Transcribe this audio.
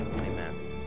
amen